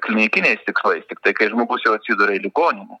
klinikiniais tikslais tiktai kai žmogus jau atsiduria į ligoninę